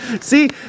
See